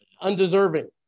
undeserving